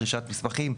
דרישת מסמכים,